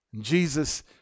jesus